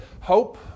hope